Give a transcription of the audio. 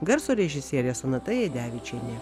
garso režisierė sonata jadevičienė